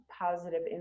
positive